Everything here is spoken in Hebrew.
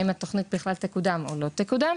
האם התוכנית בכלל תקודם או לא תקודם?